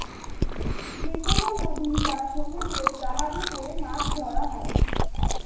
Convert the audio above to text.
যেকনো নদী বা সমুদ্রে জাহাজে করে মাছ ধরা হয়